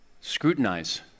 Scrutinize